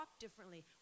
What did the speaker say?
differently